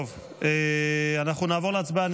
אנחנו נעבור להצבעה.